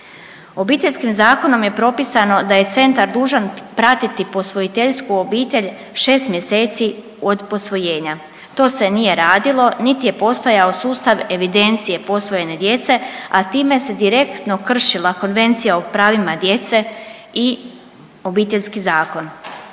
Obiteljskim zakonom je propisano da je centar dužan pratiti posvojiteljsku obitelj 6 mjeseci od posvojenja. To se nije radilo, niti je postojao sustav evidencije posvojene djece, a time se direktno kršila Konvencija o pravima djece i Obiteljski zakon.